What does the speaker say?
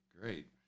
great